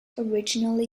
originally